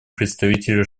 представителю